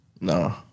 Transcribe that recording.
No